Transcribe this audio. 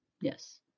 Yes